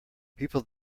people